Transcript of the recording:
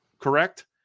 correct